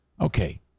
Okay